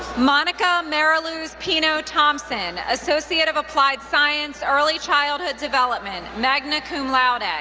monica mariluz pino-thompson, associate of applied science, early childhood development, magna cum laude. ah